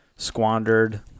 Squandered